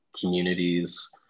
communities